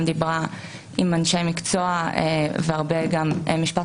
גם דיברה עם אנשי מקצוע והרבה גם משפט